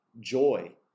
joy